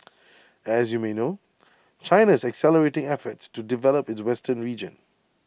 as you may know China is accelerating efforts to develop its western region